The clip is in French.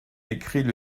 écrite